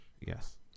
yes